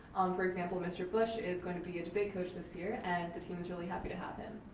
for example, mr. bush is going to be a debate coach this year and the team is really happy to have him.